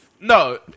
No